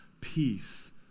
peace